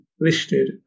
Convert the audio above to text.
listed